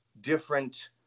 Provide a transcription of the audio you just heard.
different